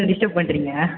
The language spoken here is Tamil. டிஸ்டர்ப் பண்ணுறீங்க